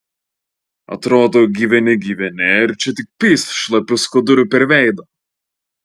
atrodo gyveni gyveni ir čia tik pyst šlapiu skuduru per veidą